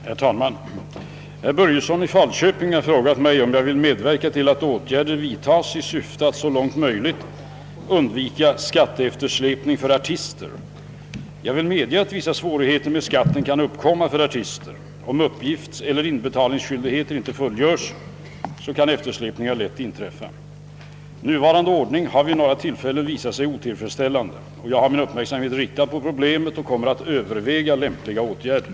Herr talman! Herr Börjesson i Falköping har frågat mig, om jag vill medverka till att åtgärder vidtages i syfte att så långt möjligt undvika skatteeftersläpning för artister. Jag vill medge att vissa svårigheter med skatten kan uppkomma för artister. Om uppgiftseller inbetalningsskyldigheter inte fullgörs kan eftersläpningar lätt inträffa. Nuvarande ordning har vid några tillfällen visat sig otillfredsställande,. Jag har min uppmärksamhet riktad på problemet och kommer att överväga lämpliga åtgärder.